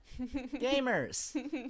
Gamers